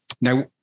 Now